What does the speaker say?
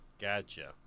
Gotcha